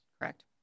Correct